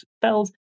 spells